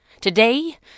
Today